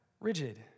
rigid